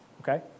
Okay